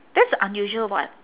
that's unusual [what]